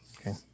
Okay